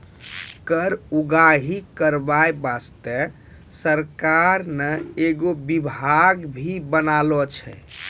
कर उगाही करबाय बासतें सरकार ने एगो बिभाग भी बनालो छै